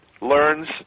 learns